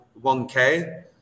1K